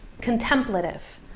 contemplative